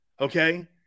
okay